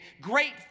Great